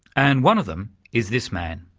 and one of them is this man.